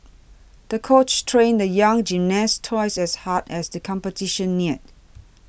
the coach trained the young gymnast twice as hard as the competition neared